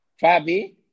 Fabi